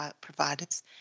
providers